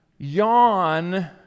yawn